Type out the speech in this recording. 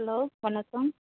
hello வணக்கம்